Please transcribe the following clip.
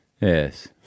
Yes